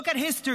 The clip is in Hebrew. Look at history.